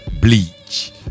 bleach